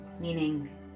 meaning